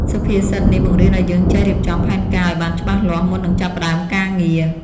សុភាសិតនេះបង្រៀនឱ្យយើងចេះរៀបចំផែនការឱ្យបានច្បាស់លាស់ មុននឹងចាប់ផ្ដើមការងារ។